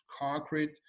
concrete